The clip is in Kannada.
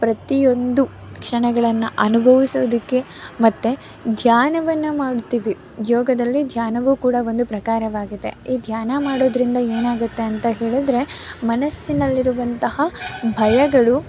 ಪ್ರತಿಯೊಂದು ಕ್ಷಣಗಳನ್ನು ಅನುಭವಿಸೋದಕ್ಕೆ ಮತ್ತು ಧ್ಯಾನವನ್ನು ಮಾಡುತ್ತೀವಿ ಯೋಗದಲ್ಲಿ ಧ್ಯಾನವೂ ಕೂಡ ಒಂದು ಪ್ರಕಾರವಾಗಿದೆ ಈ ಧ್ಯಾನ ಮಾಡೋದರಿಂದ ಏನಾಗುತ್ತೆ ಅಂತ ಹೇಳಿದರೆ ಮನಸಿನಲ್ಲಿರುವಂತಹ ಭಯಗಳು